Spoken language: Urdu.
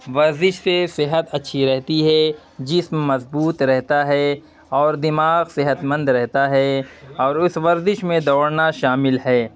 ورزش سے صحت اچھی رہتی ہے جسم مضبوط رہتا ہے اور دماغ صحت مند رہتا ہے اور اس ورزش میں دوڑنا شامل ہے